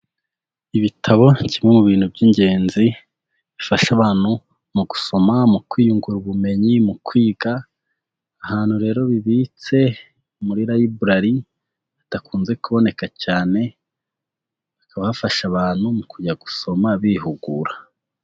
Ibitabo kimwe mu bintu by'ingenzi, bifasha abantu mu gusoma, mu kwiyungura ubumenyi, mu kwiga. Ahantu rero bibitse, muri librari. Hadakunze kuboneka cyane, hakaba bikabafasha abantu mu kujya gusoma bihugura.